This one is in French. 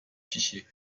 fichiers